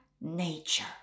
nature